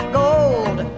gold